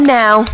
now